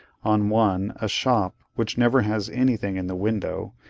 on one a shop, which never has anything in the window,